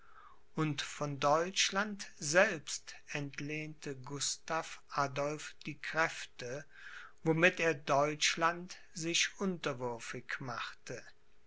und von deutschland selbst entlehnte gustav adolph die kräfte womit er deutschland sich unterwürfig machte